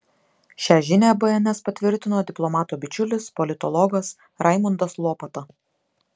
šią žinią bns patvirtino diplomato bičiulis politologas raimundas lopata